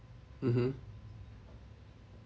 mmhmm